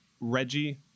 Reggie